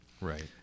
Right